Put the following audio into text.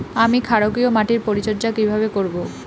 আমি ক্ষারকীয় মাটির পরিচর্যা কিভাবে করব?